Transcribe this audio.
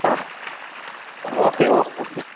ആ okay okay okay